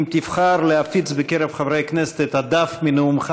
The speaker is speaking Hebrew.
אם תבחר להפיץ בקרב חברי הכנסת את הדף מנאומך